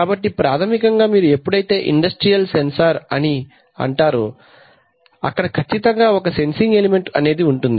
కాబట్టి ప్రాథమికంగా మీరు ఎప్పుడైతే ఇండస్ట్రియల్ సెన్సార్ అని అంటారో అక్కడ ఖచ్చితంగా ఒక సెన్సింగ్ ఎలిమెంట్ అనేది ఉంటుంది